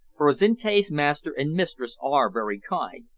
for azinte's master and mistress are very kind,